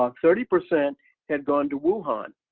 um thirty percent had gone to wuhan.